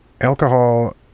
Alcohol